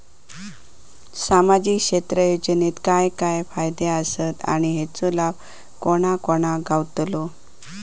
सामजिक क्षेत्र योजनेत काय काय फायदे आसत आणि हेचो लाभ कोणा कोणाक गावतलो?